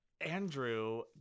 Andrew